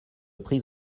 prises